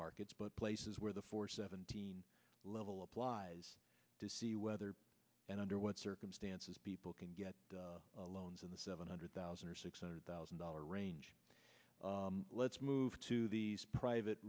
markets but places where the four seventeen level applies to see whether and under what circumstances people can get loans in the seven hundred thousand or six hundred thousand dollar range let's move to these private